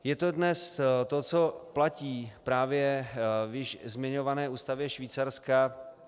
Je to dnes to, co platí právě v již zmiňované ústavě Švýcarska.